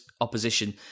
opposition